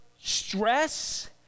stress